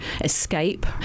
escape